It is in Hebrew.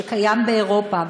שקיים באירופה,